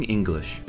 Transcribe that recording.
English